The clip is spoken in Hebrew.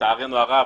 לצערנו הרב,